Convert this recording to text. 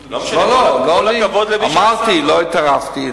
אמרתי שלא התערבתי.